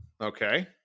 Okay